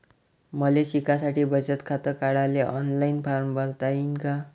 मले शिकासाठी बचत खात काढाले ऑनलाईन फारम भरता येईन का?